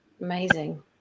Amazing